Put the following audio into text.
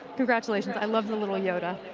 congratulations. i love the little yoda.